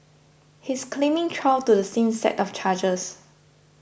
he is claiming trial to the same set of charges